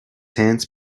hands